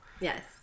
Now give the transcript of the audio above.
Yes